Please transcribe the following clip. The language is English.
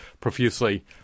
profusely